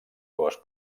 cos